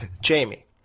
Jamie